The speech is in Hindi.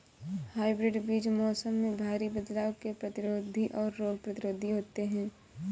हाइब्रिड बीज मौसम में भारी बदलाव के प्रतिरोधी और रोग प्रतिरोधी होते हैं